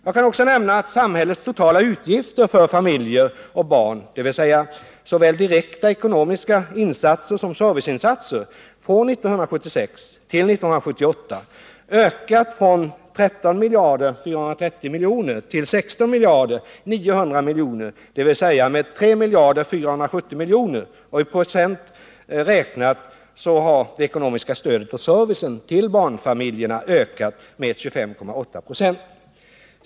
Jag kan också nämna att samhällets totala utgifter för familjer och barn, dvs. såväl direkta ekonomiska insatser som serviceinsatser, från 1976 till 1978 ökat från 13 430 milj.kr. till 16 900 milj.kr., dvs. med 3 470 milj.kr. I procent räknat har det ekonomiska stödet och servicen till barnfamiljerna ökat med 25,8 96.